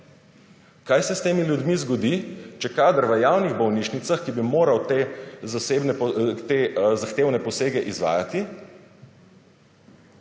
kaj se s temi ljudmi zgodi, če kader v javnih bolnišnicah, ki bi moral te zahtevne posege izvajati